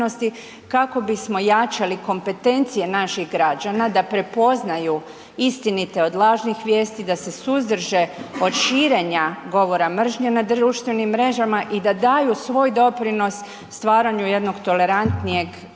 kako bismo jačali kompetencije naših građana da prepoznaju istinite od lažnih vijesti, da se suzdrže od širenja govora mržnje na društvenim mrežama i da daju svoj doprinos stvaranju jednog tolerantnijeg